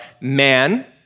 man